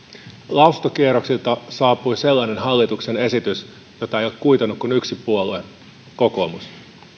lausuntokierroksilta saapui sellainen hallituksen esitys jota ei ole kuitannut kuin yksi puolue kokoomus